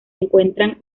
encuentran